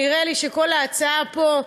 נראה לי שכל ההצעה פה,